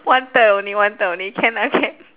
one third only one third only can ah can